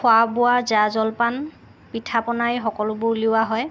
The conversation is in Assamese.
খোৱা বোৱা জা জলপান পিঠাপনা এই সকলোবোৰ উলিওৱা হয়